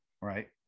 Right